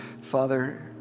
Father